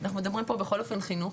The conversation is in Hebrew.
אנחנו מדברים פה בכל אופן חינוך.